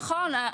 נכון.